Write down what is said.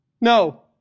No